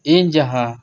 ᱤᱧ ᱡᱟᱦᱟᱸ